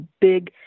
big